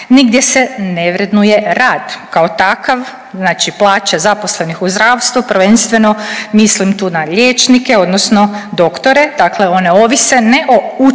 Nigdje se ne vrednuje rad kao takav, znači plaće zaposlenih u zdravstvu prvenstveno mislim tu na liječnike, odnosno doktore. Dakle, one ovise ne o učinjenom